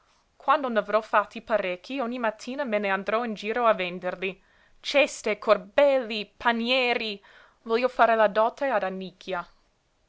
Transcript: l'allegria quando n'avrò fatti parecchi ogni mattina me n'andrò in giro a venderli ceste corbelli panieri voglio fare la dote ad annicchia